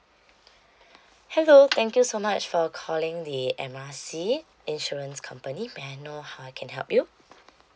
hello thank you so much for calling the M R C insurance company may I know how I can help you